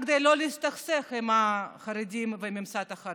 רק כדי לא להסתכסך עם החרדים ועם הממסד החרדי.